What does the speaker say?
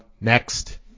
next